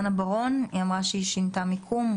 הדבר הראשון שארצה להתייחס לדברים של האדון ממשרד החקלאות,